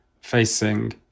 facing